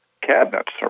cabinets